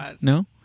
No